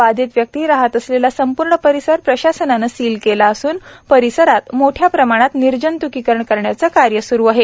बाधित व्यक्ती राहत असलेला संपूर्ण परिसरात प्रशासनाणी सिल केला असून परिसरात मोठ्या प्रमाणात निर्जत्कीकरणक करण्याचे कार्य स्रू आहेत